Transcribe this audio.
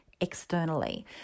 externally